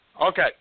Okay